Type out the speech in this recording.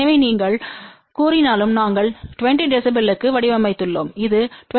எனவே நீங்கள் கூறினாலும் நாங்கள் 20 dB க்கு வடிவமைத்துள்ளோம் இது 20